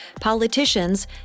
politicians